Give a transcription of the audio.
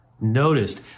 noticed